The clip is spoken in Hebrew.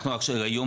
אנחנו היום,